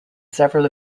several